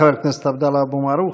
תודה, חבר הכנסת עבדאללה אבו מערוף.